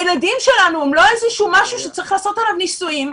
הילדים שלנו הם לא איזשהו משהו שצריך לעשות עליו ניסויים,